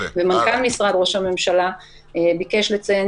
מנכ"ל משרד ראש הממשלה ביקש לציין